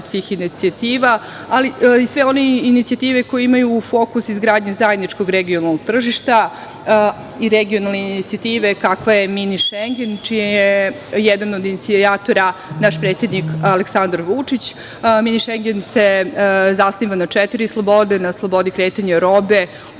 inicijativa, ali i sve one inicijative koje imaju u fokusu izgradnju zajedničkog regionalnog tržišta i regionalne inicijative, kakva je mini Šengen, čiji je jedan od inicijatora naš predsednik Aleksandar Vučić. Mini Šengen se zasniva na četiri slobode, na slobodi kretanja robe,